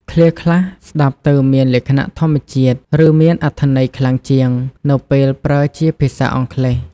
ឃ្លាខ្លះស្តាប់ទៅមានលក្ខណៈធម្មជាតិ ឬមានអត្ថន័យខ្លាំងជាង នៅពេលប្រើជាភាសាអង់គ្លេស។